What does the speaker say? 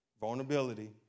Vulnerability